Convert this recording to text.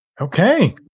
Okay